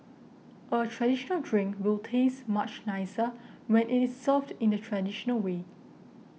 a traditional drink will taste much nicer when it is served in the traditional way